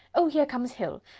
oh! here comes hill!